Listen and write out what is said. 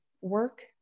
work